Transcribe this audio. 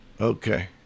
Okay